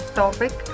topic